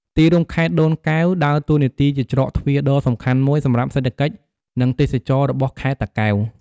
ទីរួមខេត្តដូនកែវដើរតួនាទីជាច្រកទ្វារដ៏សំខាន់មួយសម្រាប់សេដ្ឋកិច្ច និងទេសចរណ៍របស់ខេត្តតាកែវ។